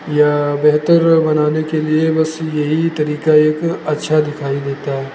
या बेहतर बनाने के लिए बस यही तरीका एक अच्छा दिखाई देता है